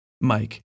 Mike